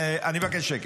אני מבקש שקט,